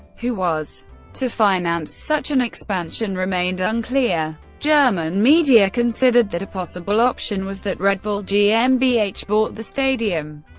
who was to finance such an expansion remained unclear. german media considered that a possible option was that red bull gmbh bought the stadium,